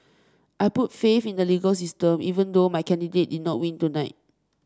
I put faith in the legal system even though my candidate did not win tonight